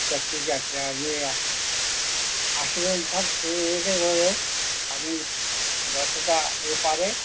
আচ্ছা ঠিক আছে আপনি আস আসবেন সব এসে পরে আপনি যতটা এ পারেন